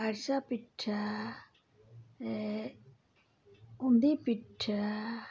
ᱟᱨᱥᱟ ᱯᱤᱴᱷᱟᱹ ᱩᱸᱫᱤ ᱯᱤᱴᱷᱟᱹ